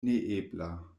neebla